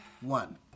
one